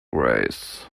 race